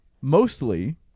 Mostly